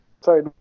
sorry